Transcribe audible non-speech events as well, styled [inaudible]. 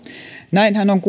näinhän on [unintelligible]